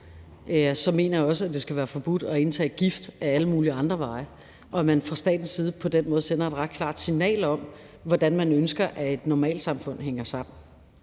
mener jeg også, at det skal være forbudt at indtage gift ad alle mulige andre veje, og at man fra statens side på den måde sender et ret klart signal om, hvordan man ønsker, at et normalsamfund hænger sammen.